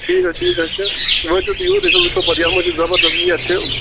ٹھیٖک حظ ٹھیٖک حظ چھِ وٲتیُو تُہۍ یوٗرۍ أسۍ حظ وُچھَو پتہٕ یَتھ منٛز چھِ زبردس یَتھ چھِ